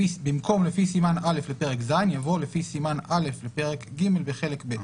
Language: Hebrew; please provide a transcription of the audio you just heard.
"לפי סימן א' לפרק ג' בחלק ב'".